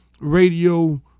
Radio